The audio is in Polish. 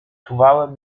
czuwałem